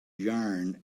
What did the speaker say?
yarn